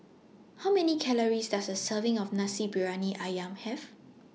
How Many Calories Does A Serving of Nasi Briyani Ayam Have